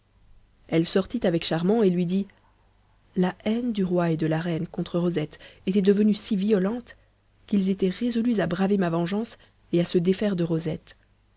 elle sortit avec charmant et lui dit la haine du roi et de la reine contre rosette était devenue si violente qu'ils étaient résolus à braver ma vengeance et à se défaire de rosette